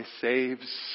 saves